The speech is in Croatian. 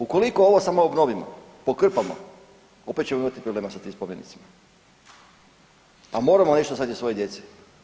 Ukoliko ovo samo obnovimo, pokrpamo opet ćemo imati problema sa tim spomenicima, a moramo nešto ostaviti svojoj djeci.